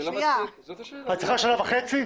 את צריכה שנה וחצי?